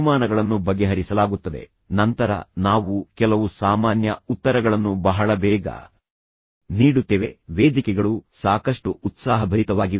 ತದನಂತರ ಈ ಪ್ರಶ್ನೆ ಉತ್ತರ ವೇದಿಕೆಯನ್ನು ರಚಿಸಲು ಪ್ರಯತ್ನಿಸುತ್ತೇವೆ ಪದೇ ಪದೇ ಕೇಳಲಾಗುವ ಪ್ರಶ್ನೆಗಳು ತದನಂತರ ನಾವು ಕೆಲವು ಸಾಮಾನ್ಯ ಉತ್ತರಗಳನ್ನು ಬಹಳ ಬೇಗ ನೀಡುತ್ತೇವೆ ಆದರೆ ವೇದಿಕೆಗಳು ಸಾಕಷ್ಟು ಉತ್ಸಾಹಭರಿತವಾಗಿವೆ